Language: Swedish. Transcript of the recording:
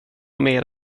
mer